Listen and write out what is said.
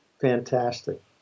fantastic